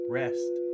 rest